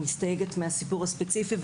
אני מסתייגת מהסיפור הספציפי,